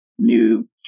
new